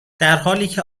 درحالیکه